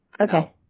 okay